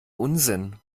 unsinn